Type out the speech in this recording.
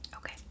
Okay